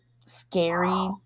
scary